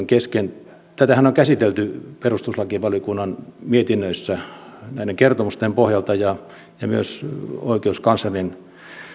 kesken tätähän on käsitelty perustuslakivaliokunnan mietinnöissä näiden kertomusten pohjalta ja ja myös oikeuskanslerin